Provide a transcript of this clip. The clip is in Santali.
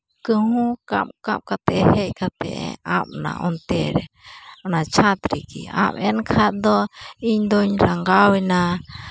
ᱠᱟᱺᱦᱩ ᱠᱟᱜ ᱠᱟᱜ ᱠᱟᱛᱮᱫ ᱦᱮᱡ ᱠᱟᱛᱮᱫ ᱟᱵ ᱱᱟ ᱚᱱᱛᱮ ᱨᱮ ᱚᱱᱟ ᱪᱷᱟᱫᱽ ᱨᱮᱜᱮ ᱟᱵ ᱮᱱ ᱠᱷᱟᱱ ᱫᱚ ᱤᱧᱫᱩᱧ ᱨᱟᱸᱜᱟᱣᱮᱱᱟ